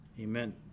Amen